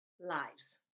lives